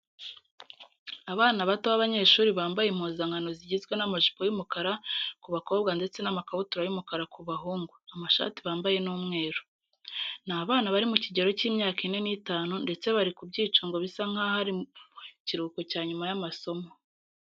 Abana bato b'abanyeshuri bambaye impuzankano zigizwe n'amajipo y'umukara ku bakobwa ndetse n'amakabutura y'umukara ku bahungu. Amashati bambaye ni umweru. Ni abana bari mu kigero cy'imyaka ine n'itanu ndetse bari ku byicungo bisa nkaho ari mu kiruhuko cya nyuma y'amasomo.